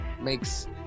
makes